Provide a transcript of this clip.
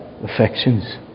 affections